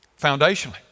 foundationally